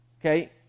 Okay